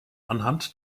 anhand